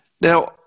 Now